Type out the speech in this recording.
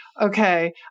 Okay